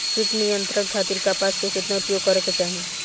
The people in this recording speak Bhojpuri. कीट नियंत्रण खातिर कपास केतना उपयोग करे के चाहीं?